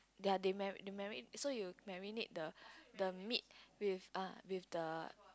ya they mari~ they mari~ so you marinate the the meat with uh with the